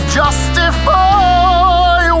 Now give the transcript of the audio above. justify